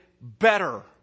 better